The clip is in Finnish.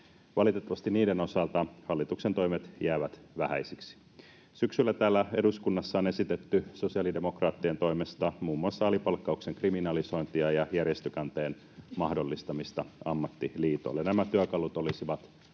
Valitettavasti niiden osalta hallituksen toimet jäävät vähäisiksi. Syksyllä täällä eduskunnassa on esitetty sosiaalidemokraattien toimesta muun muassa alipalkkauksen kriminalisointia ja järjestökanteen mahdollistamista ammattiliitoille. Nämä työkalut olisivat